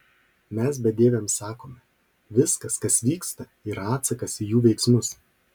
mes bedieviams sakome viskas kas vyksta yra atsakas į jų veiksmus